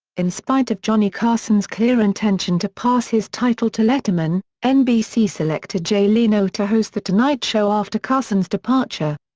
in spite of johnny carson's clear intention to pass his title to letterman, nbc selected jay leno to host the tonight show after carson's departure.